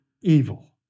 evil